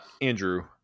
andrew